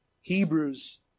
Hebrews